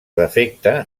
defecte